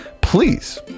please